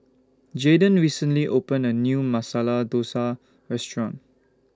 Jaydon recently opened A New Masala Dosa Restaurant